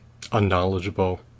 unknowledgeable